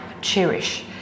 cherish